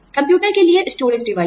computer के लिए storage device